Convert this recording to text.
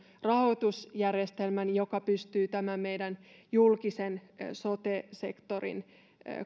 rahoitusjärjestelmän joka pystyy tämän meidän julkisen sote sektorin